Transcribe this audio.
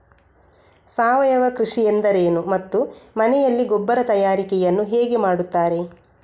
ಸಾವಯವ ಕೃಷಿ ಎಂದರೇನು ಮತ್ತು ಮನೆಯಲ್ಲಿ ಗೊಬ್ಬರ ತಯಾರಿಕೆ ಯನ್ನು ಹೇಗೆ ಮಾಡುತ್ತಾರೆ?